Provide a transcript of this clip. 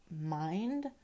mind